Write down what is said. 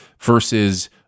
versus